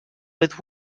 but